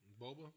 Boba